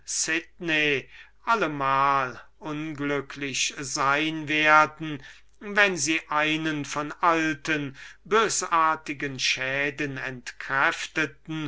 allemal unglücklich sein werden wenn sie einen von alten bösartigen schaden entkräfteten